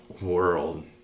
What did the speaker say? world